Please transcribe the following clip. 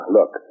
Look